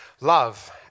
love